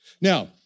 Now